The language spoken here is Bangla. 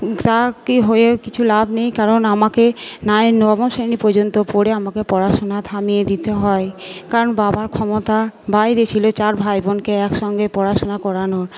তা কী হয়ে কিছু লাভ নেই কারণ আমাকে নাইন নবম শ্রেণী পর্যন্ত পড়ে আমাকে পড়াশুনা থামিয়ে দিতে হয় কারণ বাবার ক্ষমতার বাইরে ছিল চার ভাই বোনকে এক সঙ্গে পড়াশোনা করানোর